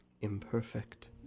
imperfect